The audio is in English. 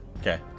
Okay